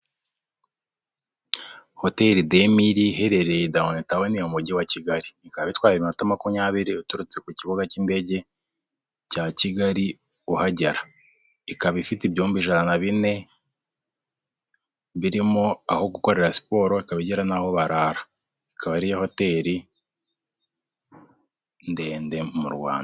Hoteri demiri iherereye dawuni mu mujyi wa kigali ikaba itwaye iminota 20 uturutse ku kibuga cy'indege cya kigali uhagera. Ikaba ifite ibyumba 104 birimo aho gukorera siporo ikaba igira n'aho barara. Ikaba ariya hoteli ndende mu Rwanda.